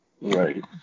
Right